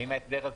מאיזה משרד?